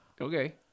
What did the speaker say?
okay